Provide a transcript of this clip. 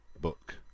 book